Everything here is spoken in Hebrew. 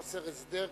חוסר הסדר קשה.